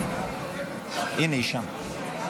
הינה, היא שם.